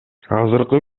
азыркы